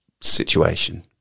situation